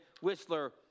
Whistler